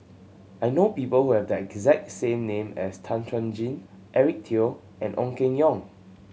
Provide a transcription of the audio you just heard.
I know people who have the exact same name as Tan Chuan Jin Eric Teo and Ong Keng Yong